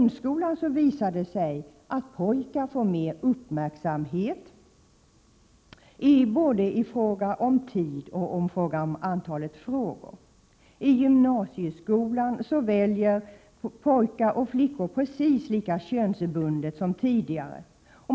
Det visar sig att pojkar får mer uppmärksamhet än flickor i grundskolan både när det gäller tid och antal frågor. I gymnasiesko lan väljer pojkar och flickor precis lika könsbundet som tidigare.